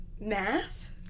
Math